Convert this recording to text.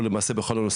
נגענו למעשה בכל הנושא.